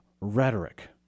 rhetoric